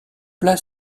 plat